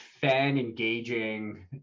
fan-engaging